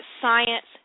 science